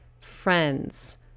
friends